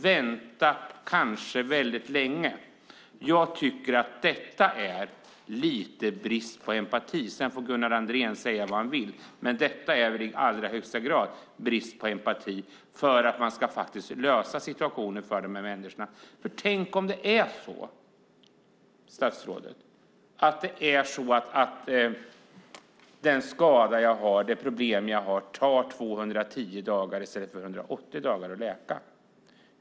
Vänta, kanske väldigt länge. Jag tycker att detta är lite brist på empati. Sedan får Gunnar Andrén säga vad han vill, men detta är väl i allra högsta grad brist på empati. Man ska faktiskt lösa situationen för dessa människor. För tänk, statsrådet, om den skada eller det problem jag har tar 210 dagar i stället för 180 dagar att läka.